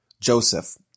Joseph